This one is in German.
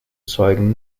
zeugen